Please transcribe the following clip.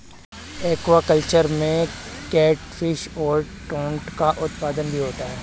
aquaculture में catfish और trout का उत्पादन भी होता है